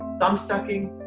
thumb-sucking,